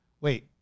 wait